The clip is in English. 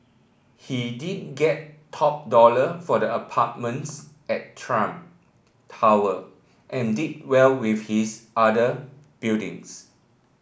he did get top dollar for the apartments at Trump Tower and did well with his other buildings